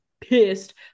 pissed